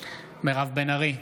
מירב בן ארי,